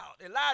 Elijah